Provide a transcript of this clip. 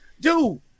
Dude